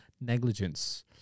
negligence